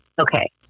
okay